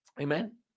Amen